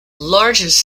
largest